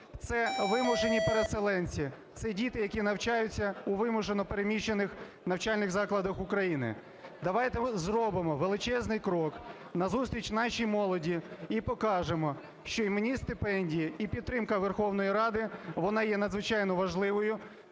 це вимушені переселенці, це діти, які навчаються у вимушено переміщених навчальних закладах України. Давайте зробимо величезний крок назустріч нашій молоді і покажемо, що іменні стипендії і підтримка Верховної Ради, вона є надзвичайно важливою,